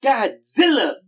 Godzilla